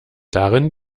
darin